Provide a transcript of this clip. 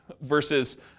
Versus